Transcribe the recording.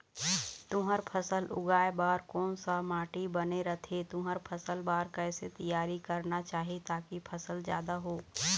तुंहर फसल उगाए बार कोन सा माटी बने रथे तुंहर फसल बार कैसे तियारी करना चाही ताकि फसल जादा हो?